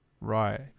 Right